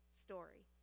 story